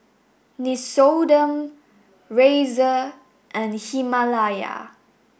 Nixoderm Razer and Himalaya